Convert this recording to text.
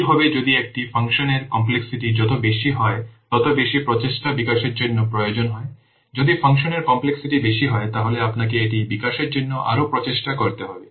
কি হবে যদি একটি ফাংশনের কমপ্লেক্সিটি যত বেশি হয় তত বেশি প্রচেষ্টা বিকাশের জন্য প্রয়োজন হয় যদি ফাংশনের কমপ্লেক্সিটি বেশি হয় তাহলে আপনাকে এটি বিকাশের জন্য আরও প্রচেষ্টা করতে হবে